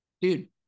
dude